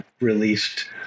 released